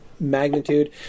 magnitude